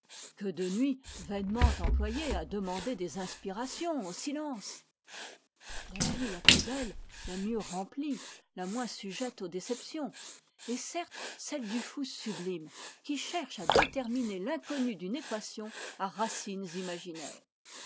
que de nuits vainement employées à demander des inspirations au silence la vie la plus belle la mieux remplie la moins sujette aux déceptions est certes celle du fou sublime qui cherche à déterminer tinconnu d'une équation à racines imaginaires